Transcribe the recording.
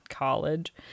college